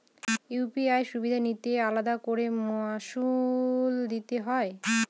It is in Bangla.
ইউ.পি.আই সুবিধা নিলে আলাদা করে মাসুল দিতে হয়?